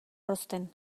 hozten